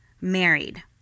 married